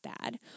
bad